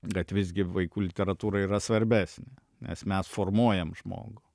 kad visgi vaikų literatūra yra svarbesnė nes mes formuojam žmogų